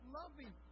loving